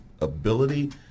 ability